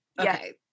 okay